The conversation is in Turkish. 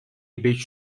beş